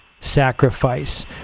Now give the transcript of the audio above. Sacrifice